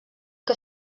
que